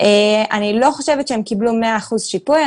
אני לא חושבת שהם קיבלו 100 אחוזים שיפוי.